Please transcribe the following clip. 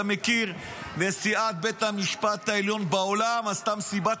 אתה מכיר נשיאת בית משפט עליון בעולם שעשתה מסיבת